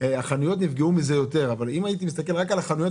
החנויות נפגעו מזה יותר אבל אם הייתי מסתכל פה רק על החנויות